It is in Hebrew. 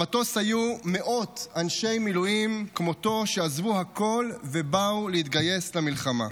במטוס היו מאות אנשי מילואים כמותו שעזבו הכול ובאו להתגייס במלחמה.